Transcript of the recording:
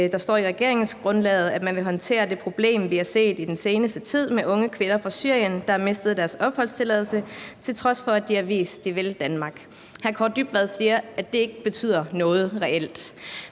der står i regeringsgrundlaget, nemlig at man vil håndtere det problem, vi har set i den seneste tid, med unge kvinder fra Syrien, der har mistet deres opholdstilladelse, til trods for at de har vist, at de vil Danmark, siger udlændingeministeren, at det ikke betyder noget reelt.